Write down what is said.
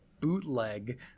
bootleg